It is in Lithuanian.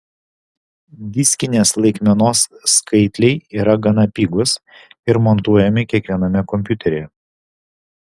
diskinės laikmenos skaitliai yra gana pigūs ir montuojami kiekviename kompiuteryje